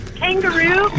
kangaroo